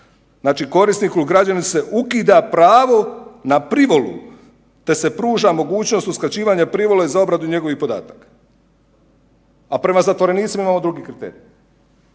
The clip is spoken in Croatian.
znači korisniku ili građaninu se ukida pravo na privolu te se pruža mogućnost uskraćivanja privole za obradu njegovih podataka, a prema zatvorenicima … drugi kriterij.